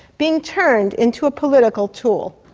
being turned into a political tool.